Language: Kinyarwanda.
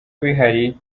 bihari